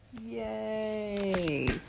Yay